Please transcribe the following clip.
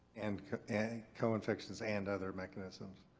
and and co-infections and other mechanisms.